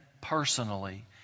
personally